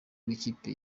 rw’ikipe